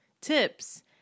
tips